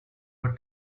were